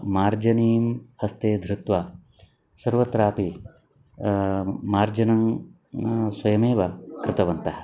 मार्जनीं हस्ते धृत्वा सर्वत्रापि मार्जनं स्वयमेव कृतवन्तः